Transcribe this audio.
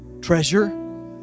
treasure